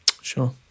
Sure